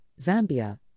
Zambia